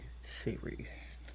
series